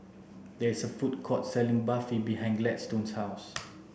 there is a food court selling Barfi behind Gladstone's house